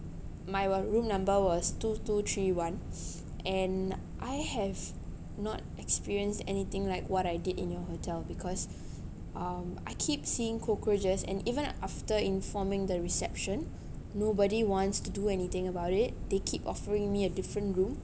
my w~ room number was two two three one and I have not experienced anything like what I did in your hotel because um I keep seeing cockroaches and even after informing the reception nobody wants to do anything about it they keep offering me a different room